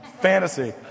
Fantasy